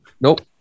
Nope